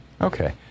Okay